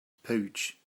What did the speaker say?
pouch